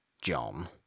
John